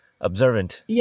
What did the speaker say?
observant